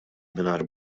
mingħajr